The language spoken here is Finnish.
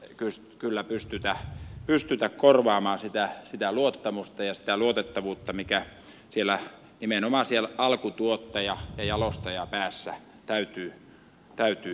valvonnalla ei kyllä pystytä korvaamaan sitä luottamusta ja luotettavuutta mikä nimenomaan siellä alkutuottaja ja jalostajapäässä täytyy olla